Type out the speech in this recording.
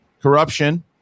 corruption